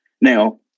Now